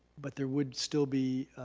but there would still be